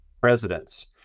presidents